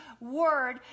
word